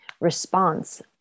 response